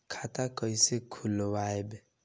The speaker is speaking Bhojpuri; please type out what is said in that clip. खाता कईसे खोलबाइ?